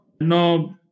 No